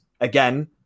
again